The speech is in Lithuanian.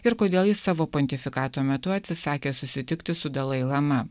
ir kodėl jis savo pontifikato metu atsisakė susitikti su dalai lama